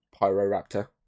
pyroraptor